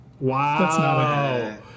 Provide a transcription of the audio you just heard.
Wow